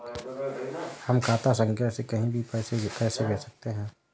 हम खाता संख्या से कहीं भी पैसे कैसे भेज सकते हैं?